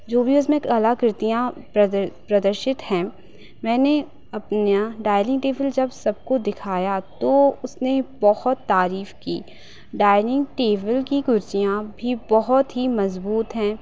जो भी उसमें कलाकृतियाँ प्रदर प्रदर्शित हैं मैंने अपने यहाँ डाइनिंग टेबल जब सबको दिखाया तो उसने बहुत तारीफ़ की डाइनिंग टेबल की कुर्सियाँ भी बहुत ही मज़बूत हैं